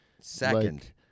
second